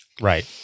Right